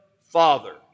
Father